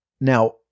Now